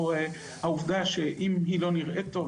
זה עוד לא נכון אצלנו מירי תראה לכם,